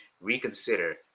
reconsider